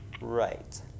Right